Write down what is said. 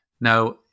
Now